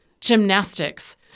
gymnastics